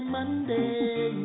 Monday